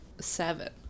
Seven